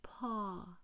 paw